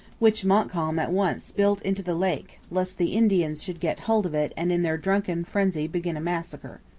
which montcalm at once spilt into the lake, lest the indians should get hold of it and in their drunken frenzy begin a massacre.